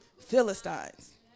philistines